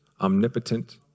omnipotent